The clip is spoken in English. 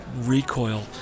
recoil